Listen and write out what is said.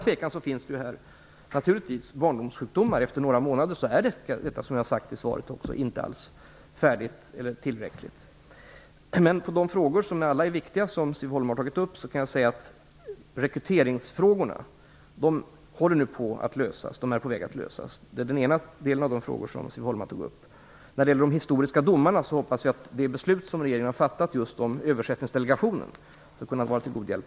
Det finns utan tvekan barnsjukdomar. Arbetet är som jag har sagt i svaret inte alls färdigt, och det har inte gjorts tillräckligt på några månader. De frågor som Siv Holma har tagit upp är alla viktiga. Rekryteringsfrågorna håller nu på att lösas. De är på väg att lösas. Det är en av de frågor som Siv När det gäller de historiska domarna hoppas jag att det beslut som regeringen har fattat om Översättningsdelegationen skall kunna vara till god hjälp.